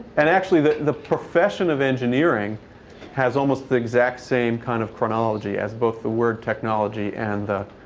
and actually, the the profession of engineering has almost the exact same kind of chronology as both the word technology and the